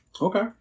Okay